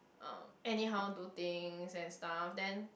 uh anyhow do things and stuff then